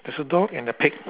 there's a dog and a pig